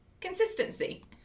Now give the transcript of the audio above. consistency